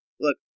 look